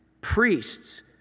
priests